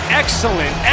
excellent